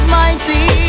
mighty